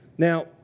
Now